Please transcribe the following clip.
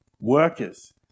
Workers